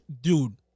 dude